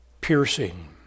piercing